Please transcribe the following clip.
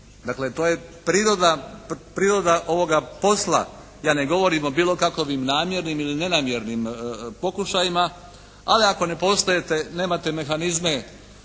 Dakle, to je priroda ovoga posla. Ja ne govorim o bilo kakovim namjernim ili nenamjernim pokušajima. Ali ako ne poštujete, nemate mehanizme